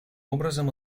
образом